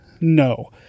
No